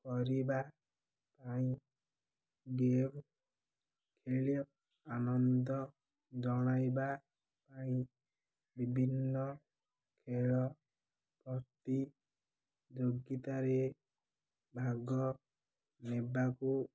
କରିବା ପାଇଁ ଗେମ୍ ଖେଳି ଆନନ୍ଦ ଜଣାଇବା ପାଇଁ ବିଭିନ୍ନ ଖେଳ ପ୍ରତିଯୋଗିତାରେ ଭାଗ ନେବାକୁ